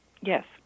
Yes